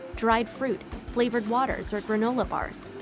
dried fruit, flavored waters, or granola bars.